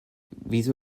wieso